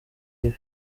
yves